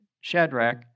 Shadrach